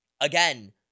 again